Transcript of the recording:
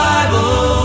Bible